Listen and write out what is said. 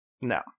No